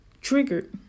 Triggered